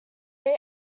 they